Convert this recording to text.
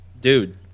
dude